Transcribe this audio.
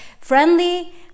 friendly